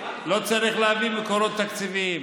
לא צריך להביא מקורות תקציביים.